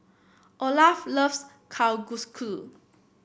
Olaf loves Kalguksu